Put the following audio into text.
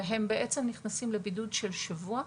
והם בעצם נכנסים לבידוד של שבוע,